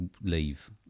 leave